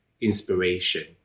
inspiration